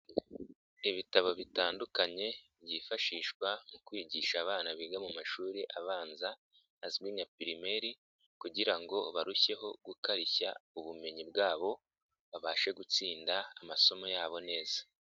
Ibitabo bitandukanye, byifashishwa mu kwigisha abana biga mu mashuri abanza, azwi nka primary kugira ngo barusheho gukarishya ubumenyi bwabo, babashe gutsinda amasomo yabo neza.